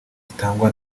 zitangwa